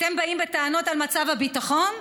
אתם באים בטענות על מצב הביטחון?